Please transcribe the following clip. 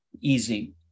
easy